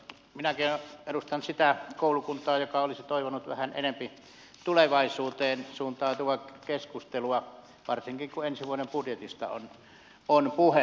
minäkin edustan sitä koulukuntaa joka olisi toivonut vähän enempi tulevaisuuteen suuntautuvaa keskustelua varsinkin kun ensi vuoden budjetista on puhe